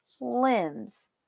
limbs